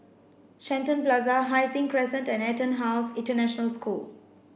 Shenton Plaza Hai Sing Crescent and EtonHouse International School